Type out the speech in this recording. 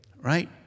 right